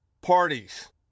parties